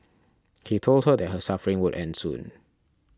he told her that her suffering would end soon